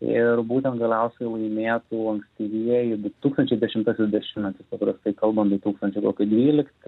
ir būtent galiausiai laimėtų ankstyvieji du tūkstančiai dešimtasis dešimtmetis paprastai kalbant du tūkstančiai kokie dvylikti